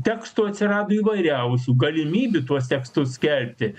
tekstų atsirado įvairiausių galimybių tuos tekstus skelbti